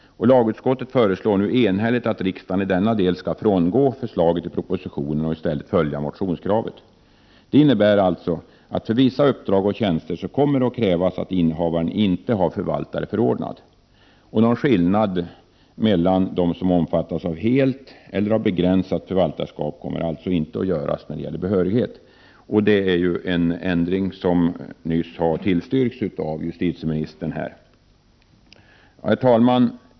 Lagutskottet föreslår nu enhälligt att riksdagen i denna del skall frångå förslaget i propositionen och i stället följa motionskravet. Det innebär alltså att det för vissa uppdrag och tjänster kommer att krävas att innehavaren inte har förvaltare förordnad. Någon skillnad mellan den som omfattas av helt eller begränsat förvaltarskap kommer således inte att göras när det gäller behörighet. Denna ändring tillstyrktes nyss av justitieministern. Herr talman!